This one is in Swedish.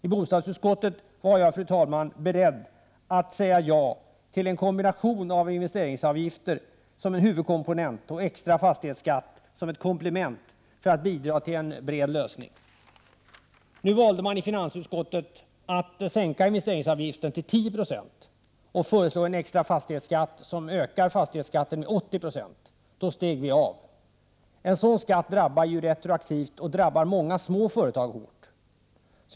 I bostadsutskottet var jag, fru talman, beredd att säga ja till en kombination av en investeringsavgift som en huvudkomponent och en extra fastighetsskatt som ett komplement för att bidra till en bred lösning. Nu valde man i finansutskottet att sänka investeringsavgiften till 10 96 och föreslå en extra fastighetsskatt, som ökar fastighetsskatten med 80 90. Då steg vi av. Sådan skatt drabbar retroaktivt och drabbar många småföretag hårt.